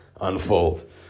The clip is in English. unfold